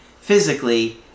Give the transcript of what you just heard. physically